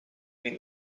mean